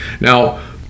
Now